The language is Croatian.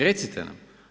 Recite nam.